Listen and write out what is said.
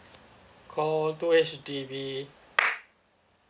call two H_D_B